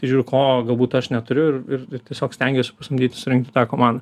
žiūriu ko galbūt aš neturiu ir ir tiesiog stengiuosi pasamdyti surinkti tą komandą